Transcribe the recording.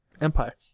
empire